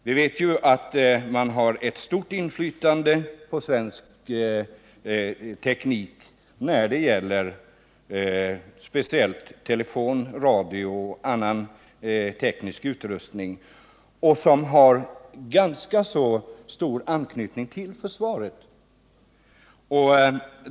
Vi vet att företaget har ett stort inflytande på svensk teknik, särskilt när det gäller telefon, radio och annan teknisk utrustning som har ganska stor anknytning till försvaret.